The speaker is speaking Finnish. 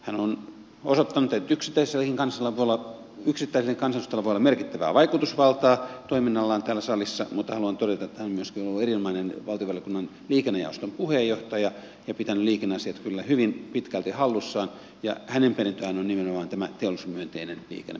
hän on osoittanut että yksittäisellä kansanedustajalla voi olla merkittävää vaikutusvaltaa toiminnallaan täällä salissa mutta haluan todeta että hän on myöskin ollut erinomainen valtiovarainvaliokunnan liikennejaoston puheenjohtaja ja pitänyt liikenneasiat kyllä hyvin pitkälti hallussaan ja hänen perintöään on nimenomaan tämä teollisuusmyönteinen liikennepolitiikka